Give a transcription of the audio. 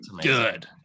Good